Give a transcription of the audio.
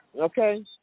Okay